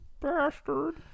bastard